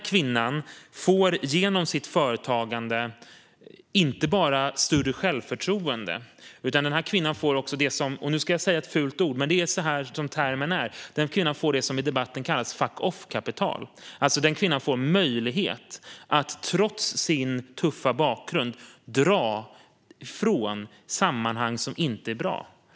Kvinnan får genom sitt företagande inte bara mer självförtroende utan också det som med ett fult ord i debatten kallas fuck off-kapital - det är så termen är. Hon får alltså möjlighet att trots sin tuffa bakgrund dra från sammanhang som inte är bra.